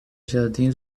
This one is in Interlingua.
jardin